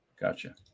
Gotcha